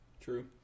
true